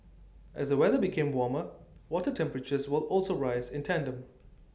as the weather became warmer water temperatures will also rise in tandem